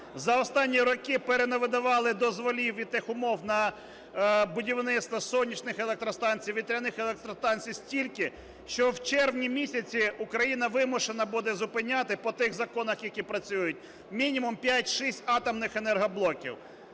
За останні роки перенавидавали дозволів і техумов на будівництво сонячних електростанцій, вітряних електростанцій стільки, що в червні місяці Україна вимушена буде зупиняти по тих законах, які працюють, мінімум 5-6 атомних енергоблоків.